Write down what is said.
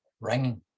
ringing